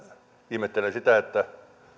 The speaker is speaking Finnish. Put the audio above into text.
ihmettelen sitä että